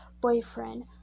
boyfriend